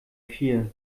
vier